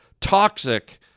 toxic